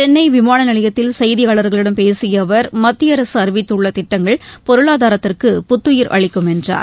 சென்னை விமான நிலையத்தில் செய்தியாளர்களிடம் பேசிய அவர் மத்திய அரசு அறிவித்துள்ள திட்டங்கள் பொருளாதாரத்திற்கு புத்துயிர் அளிக்கும் என்றார்